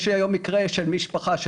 יש היום מקרה של משפחה,